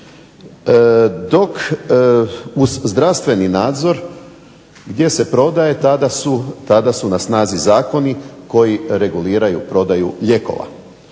Dok uz zdravstveni nadzor gdje se prodaje tada su na snazi zakoni koji reguliraju prodaju lijekova.